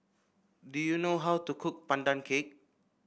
do you know how to cook Pandan Cake